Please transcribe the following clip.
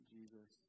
Jesus